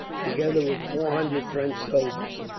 together with four hundred french soldiers.